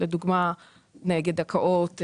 לדוגמה נגד הקאות,